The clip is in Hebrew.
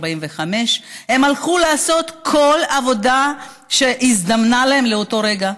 45. הם הלכו לעשות כל עבודה שהזדמנה להם באותו הרגע.